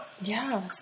Yes